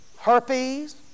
Herpes